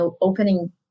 opening